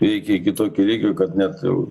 veikia iki tokio lygio kad net jau